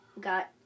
got